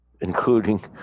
Including